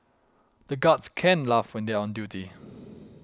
the guards can't laugh when they are on duty